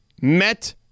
met